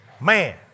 Man